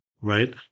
right